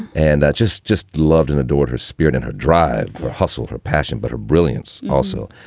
and i just just loved and adored her spirit and her drive for hustle, her passion, but her brilliance also.